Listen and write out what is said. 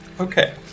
Okay